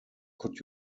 could